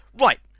right